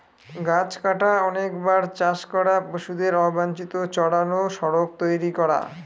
গাছ কাটা, অনেকবার চাষ করা, পশুদের অবাঞ্চিত চড়ানো, সড়ক তৈরী করা